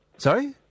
Sorry